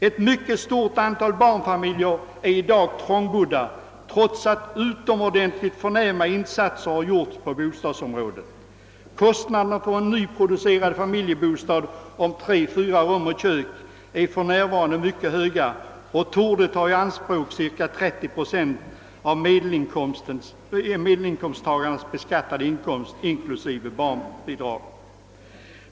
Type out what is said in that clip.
Ett mycket stort antal barnfamiljer är i dag trångbodda, trots att utomordentligt förnäma insatser har gjorts på bostadsområdet. Kostnaderna för en nyproducerad familjebostad om 3—4 rum och kök är för närvarande mycket höga och torde ta i anspråk cirka 30 procent av medelinkomsttagarnas beskattade inkomst inklusive barnbidrag.